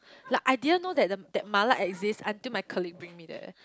like I didn't know that the that mala exist until my colleague bring me there